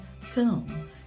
film